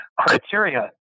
criteria